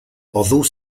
although